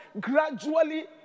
gradually